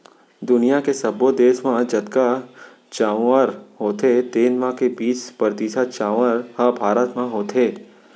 दुनियॉ के सब्बो देस म जतका चाँउर होथे तेन म के बीस परतिसत चाउर ह भारत म होथे